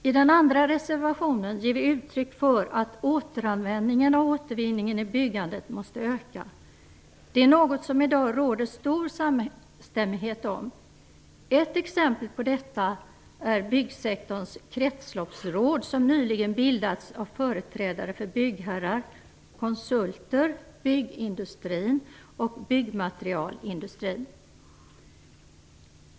I reservation nr 2 ger vi moderater uttryck för att återanvändning och återvinning i byggandet måste öka. Det är något som det i dag råder stor samstämmighet om. Ett exempel på detta är byggsektorns kretsloppsråd som nyligen bildats av företrädare för byggherrar, konsulter, byggindustrin och byggmaterialindustrin.